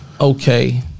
okay